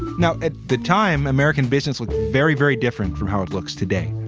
now, at the time, american business looked very, very different from how it looks today.